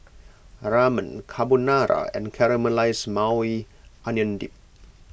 Ramen Carbonara and Caramelized Maui Onion Dip